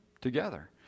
together